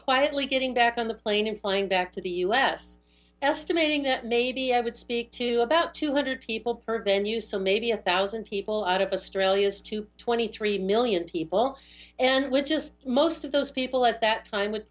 quietly getting back on the plane and flying back to the us estimating that maybe i would speak to about two hundred people per venue so maybe a thousand people out of a stray is to twenty three million people and which is most of those people at that time would